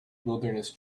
wilderness